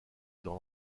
dans